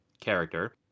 character